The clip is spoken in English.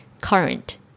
current